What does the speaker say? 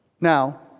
Now